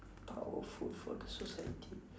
powerful for the society